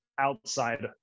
Outside